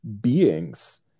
beings